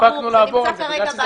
לא הצלחנו לעבור על זה.